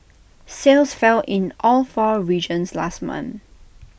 sales fell in all four regions last month